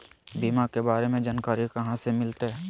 बीमा के बारे में जानकारी कहा से मिलते?